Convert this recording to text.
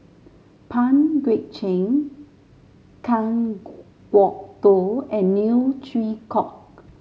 Pang Guek Cheng Kan Kwok Toh and Neo Chwee Kok